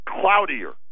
cloudier